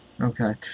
okay